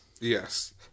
Yes